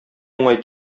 уңай